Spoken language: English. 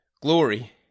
glory